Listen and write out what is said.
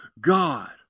God